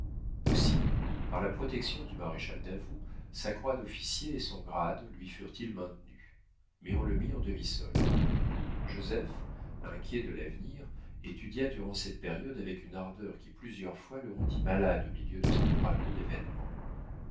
aussi par la protection du maréchal davoust sa croix d'officier et son grade lui furent-ils maintenus mais on le mit en demi-solde joseph inquiet de l'avenir étudia durant cette période avec une ardeur qui plusieurs fois le rendit malade au milieu de cet ouragan d'événements